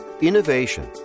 innovation